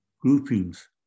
groupings